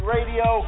Radio